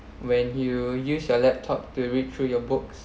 when you use your laptop to read through your books